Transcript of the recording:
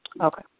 Okay